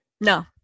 No